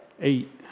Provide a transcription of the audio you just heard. eight